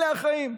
אלה החיים.